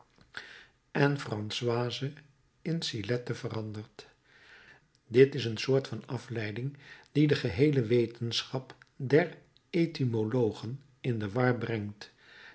en françoise in sillette verandert dit is een soort van afleiding die de geheele wetenschap der etymologen in de war brengt